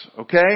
Okay